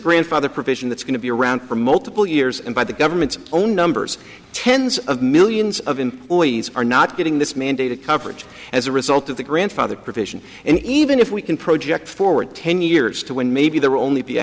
grandfather provision that's going to be around for multiple years and by the government's own numbers tens of millions of employees are not getting this mandated coverage as a result of the grandfather provision and even if we can project forward ten years to when maybe there are only be a